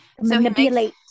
manipulate